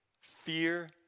fear